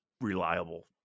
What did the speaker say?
reliable